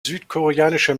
südkoreanische